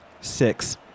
six